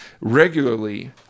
regularly